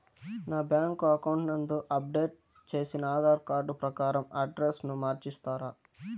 నా bank account నందు update చేసిన ఆధార్ కార్డు ప్రకారం అడ్రస్ ను మార్చిస్తారా?